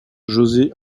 josé